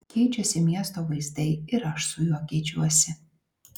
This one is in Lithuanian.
keičiasi miesto vaizdai ir aš su juo keičiuosi